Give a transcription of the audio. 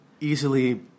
easily